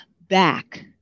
back